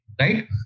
right